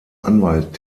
anwalt